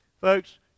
folks